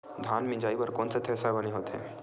धान मिंजई बर कोन से थ्रेसर बने होथे?